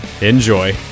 Enjoy